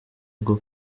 bwo